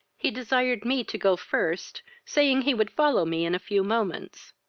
he desired me to go first, saying he would follow me in a few moments.